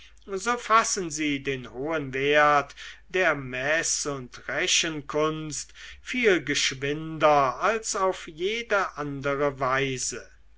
so fassen sie den hohen wert der meß und rechenkunst viel geschwinder als auf jede andere weise